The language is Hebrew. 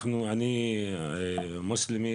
אני מוסלמי,